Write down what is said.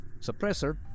Suppressor